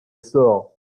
store